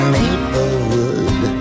Maplewood